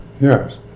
yes